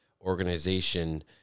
organization